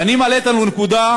ואני מעלה את הנקודה,